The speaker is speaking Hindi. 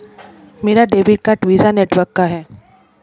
मेरा डेबिट कार्ड वीज़ा नेटवर्क का है